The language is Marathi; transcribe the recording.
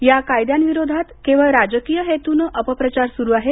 या कायद्यांविरोधात केवळ राजकीय हेतूनं अपप्रचार सुरु आहे